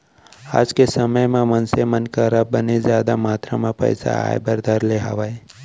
आज के समे म मनसे मन करा बने जादा मातरा म पइसा आय बर धर ले हावय